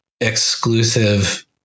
exclusive